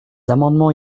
amendements